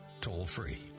toll-free